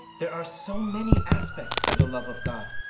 there are so many aspects to the love of god.